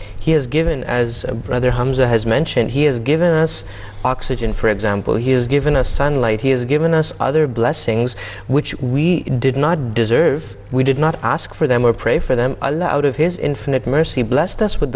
he has given as brother has mentioned he has given us oxygen for example he has given us sunlight he has given us other blessings which we did not deserve we did not ask for them or pray for them out of his infinite mercy blessed us with